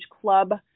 club